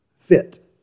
fit